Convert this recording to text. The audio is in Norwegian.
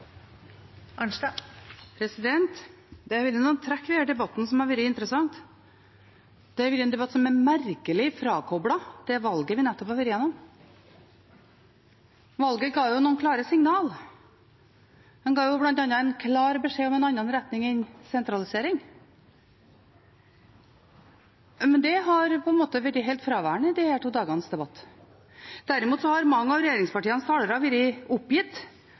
Det har vært noen trekk ved denne debatten som har vært interessante. Det har vært en debatt som er merkelig frakoblet det valget vi nettopp har vært igjennom. Valget ga jo noen klare signal. Det ga bl.a. en klar beskjed om en annen retning enn sentralisering, men det har på en måte vært helt fraværende i disse to dagenes debatt. Derimot har mange av regjeringens talere vært oppgitt